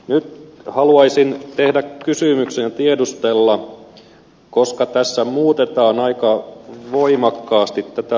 nyt haluaisin tehdä kysymyksenä tiedustella koska tässä muutetaan aika voimakkaasti tätä